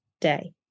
day